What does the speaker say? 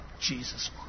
Jesus